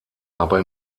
aber